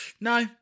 No